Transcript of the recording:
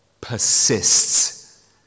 persists